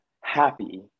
happy